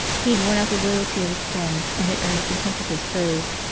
he had worn out the loyalty of his friends and had earned the contempt of his foes,